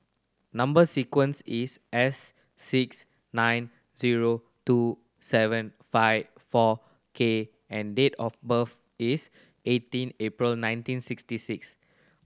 number sequence is S six nine zero two seven five four K and date of birth is eighteen April nineteen sixty six